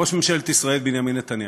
ראש ממשלת ישראל בנימין נתניהו.